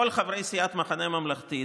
ולכן סיעת המחנה הממלכתי,